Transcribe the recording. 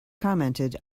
commented